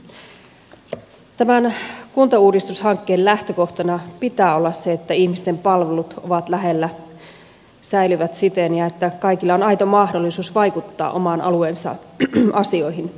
tämän kuntauudistushankkeen lähtökohtana pitää olla se että ihmisten palvelut ovat lähellä säilyvät siten ja että kaikilla on aito mahdollisuus vaikuttaa oman alueensa asioihin